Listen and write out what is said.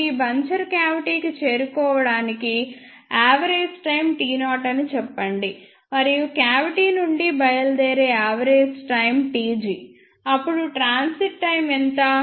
ఇప్పుడు ఈ బంచర్ క్యావిటి కి చేరుకోవడానికి యావరేజ్ టైమ్ t0 అని చెప్పండి మరియు క్యావిటి నుండి బయలుదేరే యావరేజ్ టైమ్ tg అప్పుడు ట్రాన్సిట్ టైమ్ ఎంత